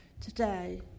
today